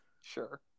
sure